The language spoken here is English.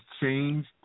change